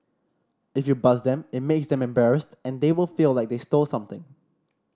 if you buzz them it makes them embarrassed and they will feel like they stole something